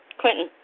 Clinton